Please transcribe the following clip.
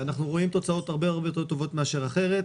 רואים תוצאות הרבה יותר טובות מאשר אחרת.